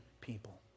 people